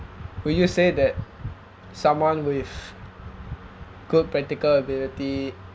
will you say that someone with good practical ability